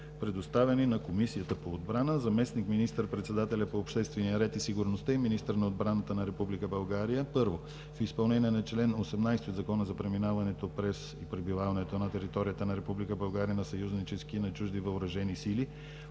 предоставени на Комисията по отбраната. Заместник министър-председателят по обществения ред и сигурността и министър на отбраната на Република България: Първо, в изпълнение на чл. 18 от Закона за преминаването през и пребиваването на територията на Република България на съюзнически и на чужди въоръжени сили